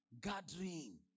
Gathering